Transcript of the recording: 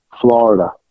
florida